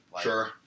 Sure